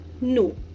No